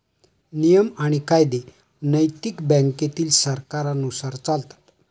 नियम आणि कायदे नैतिक बँकेतील सरकारांनुसार चालतात